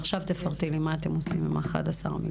עכשיו תפרטי לי מה אתם עושים עם 11 מיליון.